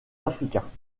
africains